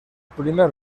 primer